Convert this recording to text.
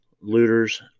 looters